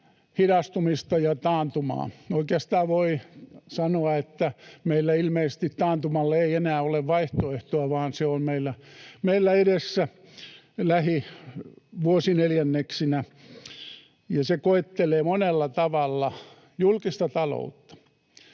hidastumista ja taantumaa. Oikeastaan voi sanoa, että meillä ilmeisesti ei enää ole vaihtoehtoa taantumalle, vaan se on meillä edessä lähivuosineljänneksinä ja se koettelee monella tavalla julkista taloutta.